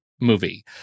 movie